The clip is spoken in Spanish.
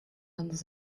bandas